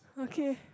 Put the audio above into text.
okay